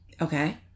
Okay